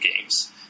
games